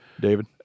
David